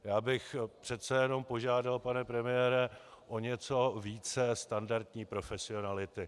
Já bych přece jenom požádal, pane premiére, o něco více standardní profesionality.